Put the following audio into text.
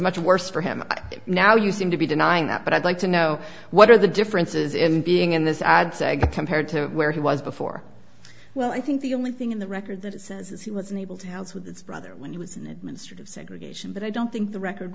much worse for him now you seem to be denying that but i'd like to know what are the differences in being in this odd sag compared to where he was before well i think the only thing in the record that it says is he wasn't able to house with its brother when he was in administrative segregation but i don't think the record